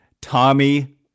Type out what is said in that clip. Tommy